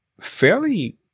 fairly